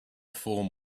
form